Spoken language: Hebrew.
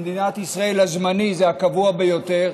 במדינת ישראל הזמני זה הקבוע ביותר,